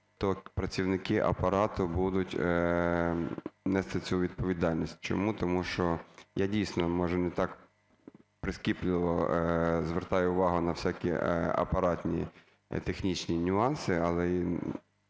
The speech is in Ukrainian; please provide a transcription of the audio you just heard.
то працівники апарату будуть нести цю відповідальність. Чому? Тому що я, дійсно, може не так прискіпливо звертаю увагу на всякі апаратні технічні нюанси, але